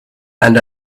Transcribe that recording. and